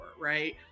right